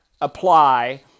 apply